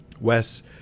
Wes